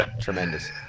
Tremendous